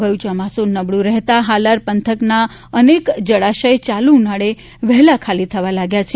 ગયુ ચોમાસુ નબળું રહેતા હાલાર પંથકના અનેક જળાશય ચાલુ ઉનાળે વહેલા ખાલી થવા લાગ્યા છે